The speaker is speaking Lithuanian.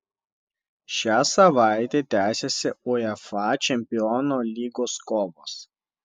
šią savaitę tęsiasi uefa čempionų lygos kovos